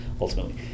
ultimately